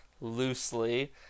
loosely